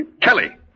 Kelly